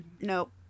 Nope